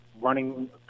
running